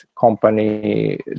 company